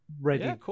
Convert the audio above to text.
ready